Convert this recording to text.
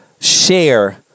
share